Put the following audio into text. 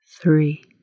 three